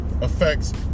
affects